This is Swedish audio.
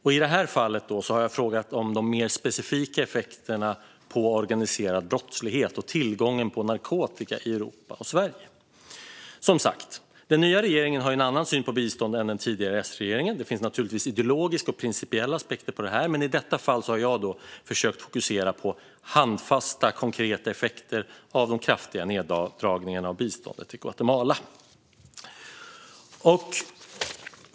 I det här fallet har jag frågat om de mer specifika effekterna på organiserad brottslighet och tillgången på narkotika i Europa och Sverige. Den nya regeringen har som sagt en annan syn på bistånd än den tidigare S-regeringen. Det finns naturligtvis ideologiska och principiella aspekter på det, men i detta fall har jag försökt fokusera på handfasta, konkreta effekter av den kraftiga neddragningen av biståndet till Guatemala.